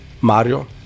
Mario